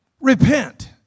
repent